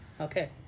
okay